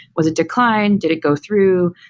was it decline? did it go through?